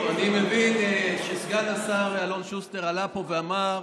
טוב, אני מבין שסגן השר אלון שוסטר עלה לפה ואמר: